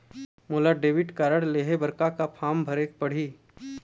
मोला debit card लेहे बर का का फार्म भरेक पड़ही?